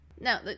Now